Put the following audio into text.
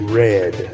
red